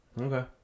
Okay